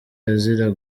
azira